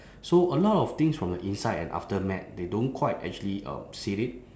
so a lot of things from the inside and aftermath they don't quite actually um see it